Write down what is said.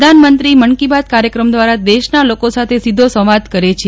પ્રધાનમંત્રી મન કી બાત કાર્યક્રમ દ્વારા દેશના લોકો સાથે સીધો સંવાદ કરે છે